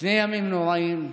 לפני הימים הנוראים,